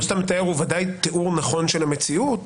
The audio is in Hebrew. מה שאתה מתאר הוא בוודאי תיאור נכון של המציאות,